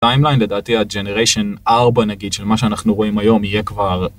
טיימליין לדעתי הג'נריישן ארבע נגיד של מה שאנחנו רואים היום יהיה כבר...